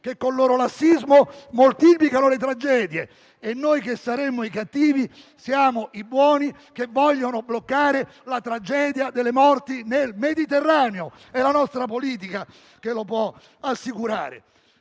che, con il loro lassismo, moltiplicano le tragedie. E noi, che saremmo i cattivi, siamo i buoni, che vogliono bloccare la tragedia delle morti nel Mediterraneo: è la nostra politica che lo può assicurare.